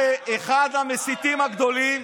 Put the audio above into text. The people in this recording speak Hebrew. זה אחד המסיתים הגדולים.